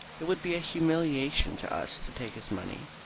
it would be a humiliation to us to take his money.